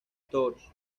tours